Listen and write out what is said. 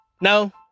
no